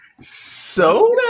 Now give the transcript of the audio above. Soda